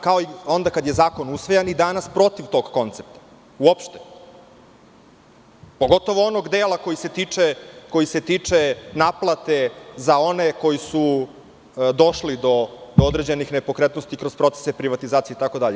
Kao i onda kada je zakon usvajan, i danas sam protiv tog koncepta uopšte, a pogotovo onog dela koji se tiče naplate za one koji su došli do određenih nepokretnosti kroz procese privatizacije itd.